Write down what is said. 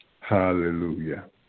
Hallelujah